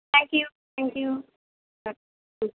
thank you thank you হ্যাঁ হ্যাঁ